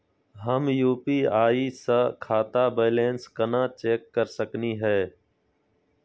हम यू.पी.आई स खाता बैलेंस कना चेक कर सकनी हे?